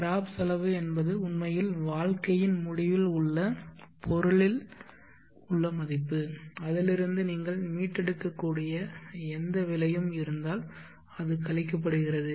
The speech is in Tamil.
ஸ்கிராப் செலவு என்பது உண்மையில் வாழ்க்கையின் முடிவில் உள்ள பொருளில் உள்ள மதிப்புஅதிலிருந்து நீங்கள் மீட்டெடுக்கக்கூடிய எந்த விலையும் இருந்தால் அது கழிக்கப்படுகிறது